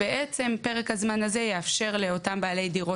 פרק הזמן הזה יאפשר לאותם בעלי דירות